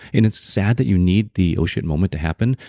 and it's sad that you need the, oh shit moment to happen.